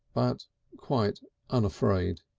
but quite unafraid.